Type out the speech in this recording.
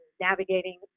navigating